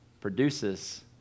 produces